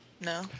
No